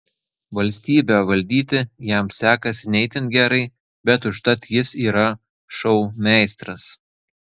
valstybę valdyti jam sekasi ne itin gerai bet užtat jis yra šou meistras